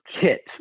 kit